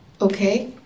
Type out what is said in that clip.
Okay